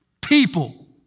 people